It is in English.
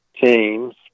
teams